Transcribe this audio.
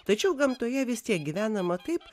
tačiau gamtoje vis tiek gyvenama taip